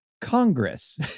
Congress